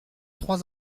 trois